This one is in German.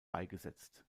beigesetzt